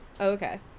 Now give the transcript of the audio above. Okay